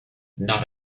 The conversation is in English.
not